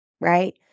right